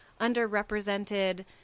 underrepresented